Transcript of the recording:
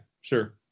sure